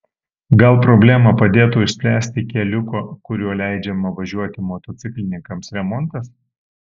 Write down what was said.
gal problemą padėtų išspręsti keliuko kuriuo leidžiama važiuoti motociklininkams remontas